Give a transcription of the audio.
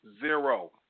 zero